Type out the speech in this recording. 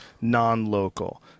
non-local